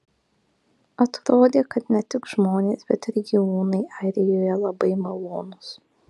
atrodė kad ne tik žmonės bet ir gyvūnai airijoje labai malonūs